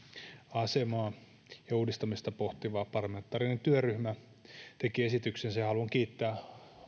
asemaa ja uudistamista pohtiva parlamentaarinen työryhmä teki esityksensä ja haluan kiittää